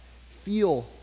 feel